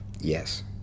Yes